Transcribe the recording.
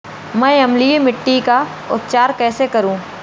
मैं अम्लीय मिट्टी का उपचार कैसे करूं?